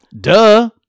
Duh